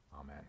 Amen